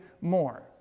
more